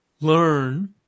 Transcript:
learn